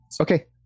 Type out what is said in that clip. Okay